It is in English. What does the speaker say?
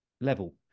level